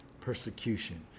persecution